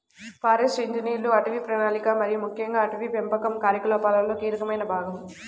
forest ఇంజనీర్లు అటవీ ప్రణాళిక మరియు ముఖ్యంగా అటవీ పెంపకం కార్యకలాపాలలో కీలకమైన భాగం